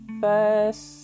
first